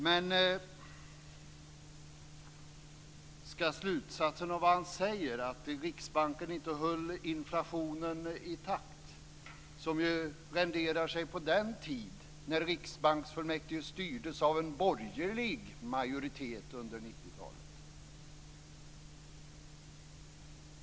Men skall slutsatsen av vad han säger vara att Riksbanken inte höll inflationen i schack, något som ju renderades på den tid när riksbanksfullmäktige styrdes av en borgerlig majoritet under 90-talet?